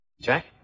Jack